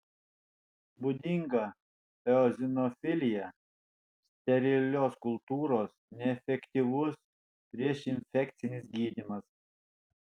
būdinga eozinofilija sterilios kultūros neefektyvus priešinfekcinis gydymas